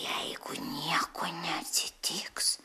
jeigu nieko neatsitiks